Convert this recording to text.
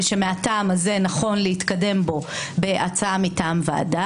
ושמהטעם הזה נכון להתקדם בו בהצעה מטעם ועדה.